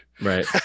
Right